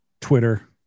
Twitter